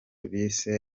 bise